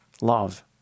love